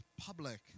public